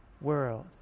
world